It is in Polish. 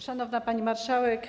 Szanowna Pani Marszałek!